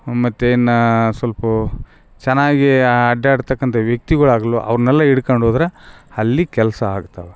ಮತ್ತು ನಾ ಸ್ವಲ್ಪ ಚೆನ್ನಾಗಿ ಆಡ್ಡಾಡ್ತಾಕಂಥ ವ್ಯಕ್ತಿಗಳಾಗಲು ಅವ್ರನ್ನೆಲ್ಲ ಹಿಡ್ಕಂಡೋದರೆ ಅಲ್ಲಿ ಕೆಲಸ ಆಗ್ತಾವ